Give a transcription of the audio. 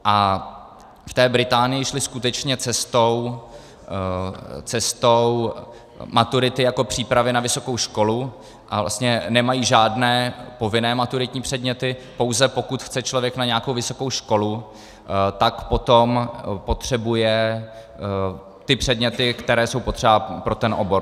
V Británii šli skutečně cestou maturity jako přípravy na vysokou školu a vlastně nemají žádné povinné maturitní předměty, pouze pokud chce člověk na nějakou vysokou školu, tak potom potřebuje ty předměty, které jsou potřeba pro ten obor.